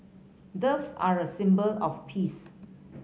doves are a symbol of peace